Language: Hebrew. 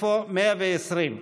אפוא, 120,